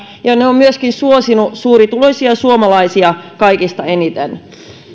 ja ne ovat myöskin suosineet suurituloisia suomalaisia kaikista eniten